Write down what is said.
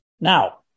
Now